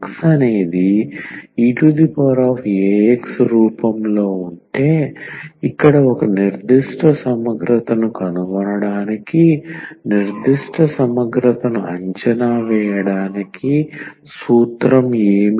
X అనేది eax రూపంలో ఉంటే ఇక్కడ ఒక నిర్దిష్ట సమగ్రతను కనుగొనడానికి నిర్దిష్ట సమగ్రతను అంచనా వేయడానికి సూత్రం ఏమిటి